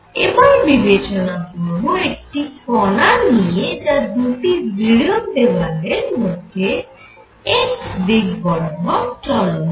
এবার বিবেচনা করব একটি কণা নিয়ে যা দুটি দৃঢ় দেওয়ালের মধ্যে x দিক বরাবর চলমান